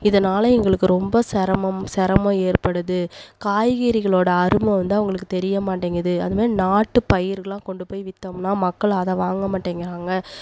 இதனால எங்களுக்கு ரொம்ப சிரமம் சிரமொம் ஏற்படுது காய்கறிகளோடய அருமை வந்து அவங்களுக்கு தெரியமாட்டேங்குது அதுமாரி நாட்டு பயிர்களாம் கொண்டு போய் விற்றோம்னா மக்கள் அதை வாங்கமாட்டேங்கிறாங்க